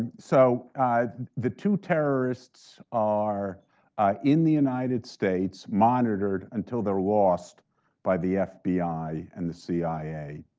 so the two terrorists are in the united states, monitored, until they're lost by the fbi and the cia.